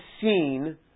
seen